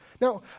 Now